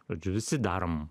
žodžiu visi darom